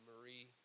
Marie